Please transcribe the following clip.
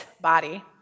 body